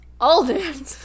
Alden